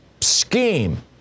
scheme